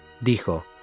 Dijo